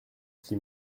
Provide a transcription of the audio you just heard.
qui